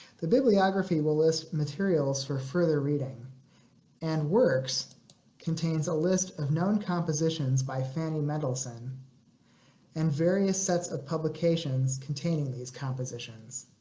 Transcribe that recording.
the bibliography will list materials for further reading and works contains a list of known compositions by fannie mendelson and various sets of publications containing these compositions.